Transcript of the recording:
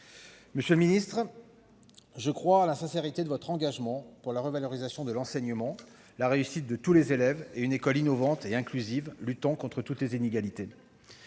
Monsieur le ministre, je crois en la sincérité de votre engagement pour la revalorisation de l'enseignement, la réussite de tous les élèves et une école innovante et inclusive luttant contre toutes les inégalités.